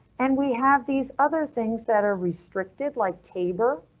and we have these other things that are restricted like tabor.